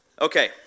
Okay